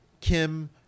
Kim